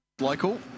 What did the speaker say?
local